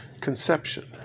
Conception